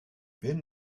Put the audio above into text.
been